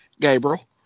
Gabriel